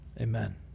Amen